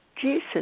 Jesus